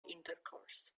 intercourse